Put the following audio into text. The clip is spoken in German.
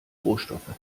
rohstoffe